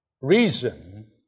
reason